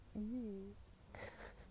mm